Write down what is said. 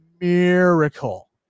miracle